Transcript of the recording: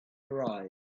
arise